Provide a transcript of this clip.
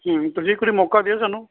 ਤੁਸੀਂ ਇੱਕ ਵਾਰੀ ਮੌਕਾ ਦਿਓ ਸਾਨੂੰ